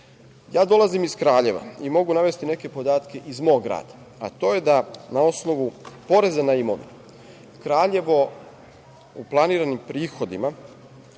osnovu. Dolazim iz Kraljeva i mogu navesti neke podatke iz mog grada, a to je da na osnovu poreza na imovinu, Kraljevo u planiranim prihodima